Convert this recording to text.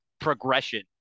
progression